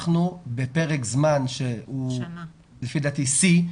בפרק זמן שלפי דעתי הוא שיא,